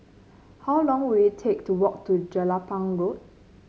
how long will it take to walk to Jelapang Road